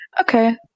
okay